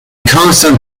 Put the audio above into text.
constant